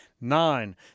Nine